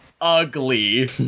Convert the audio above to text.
ugly